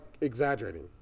exaggerating